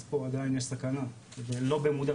אז פה עדיין יש סכנה ולא במודע,